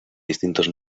distintos